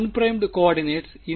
அன்பிறைமுட் coordinates